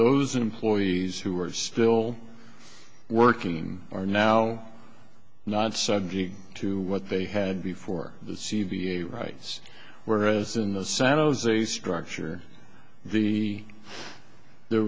those employees who are still working are now not subject to what they had before the c v a rights whereas in the san jose structure the there